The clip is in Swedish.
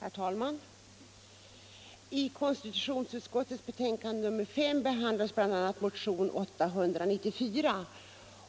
Herr talman! I konstitutionsutskottets betänkande nr 45 behandlas bl.a. motionen 894,